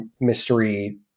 mystery